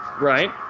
Right